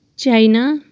China